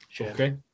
Okay